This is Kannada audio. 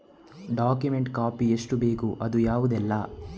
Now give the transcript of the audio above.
ಡಾಕ್ಯುಮೆಂಟ್ ಕಾಪಿ ಎಷ್ಟು ಬೇಕು ಅದು ಯಾವುದೆಲ್ಲ?